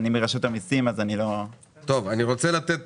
אני מרשות המיסים אז אני לא --- אני רוצה לתת